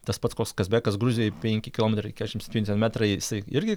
tas pats koks kazbekas gruzijoj penki kilometrai kešim septyni ten metrai jisai irgi